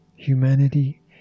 Humanity